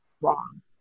wrong